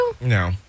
No